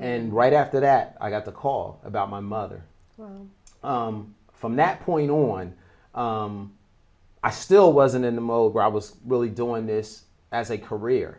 and right after that i got the call about my mother from that point on i still wasn't in the mode where i was really doing this as a career